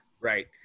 Right